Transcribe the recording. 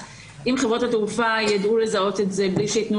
אם חברות התעופה ידעו לזהות את זה בלי שייתנו